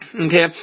Okay